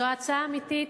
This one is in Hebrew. זו הצעה אמיתית,